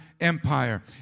Empire